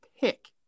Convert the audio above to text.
pick